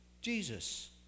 Jesus